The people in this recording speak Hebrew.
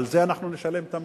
על זה אנחנו נשלם את המחיר.